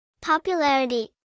Popularity